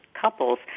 couples